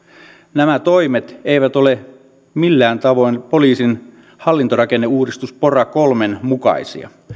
nämä toimet eivät ole millään tavoin poliisin hallintorakenneuudistus pora kolmen mukaisia